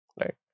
Right